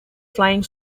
flying